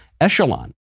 Echelon